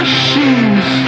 shoes